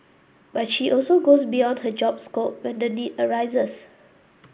but she also goes beyond her job scope when the need arises